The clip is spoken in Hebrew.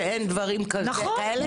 שאין דברים כאלה.